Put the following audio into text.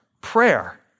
prayer